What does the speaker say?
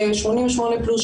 88 פלוס,